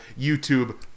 YouTube